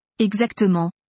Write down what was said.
Exactement